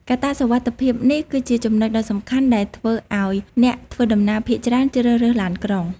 កត្តាសុវត្ថិភាពនេះគឺជាចំណុចដ៏សំខាន់ដែលធ្វើឱ្យអ្នកធ្វើដំណើរភាគច្រើនជ្រើសរើសឡានក្រុង។